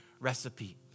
recipe